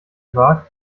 war